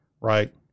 right